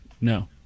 No